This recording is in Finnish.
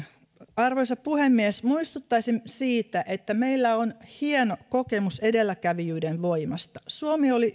arvoisa puhemies muistuttaisin siitä että meillä on hieno kokemus edelläkävijyyden voimasta suomi oli